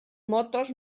motos